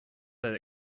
that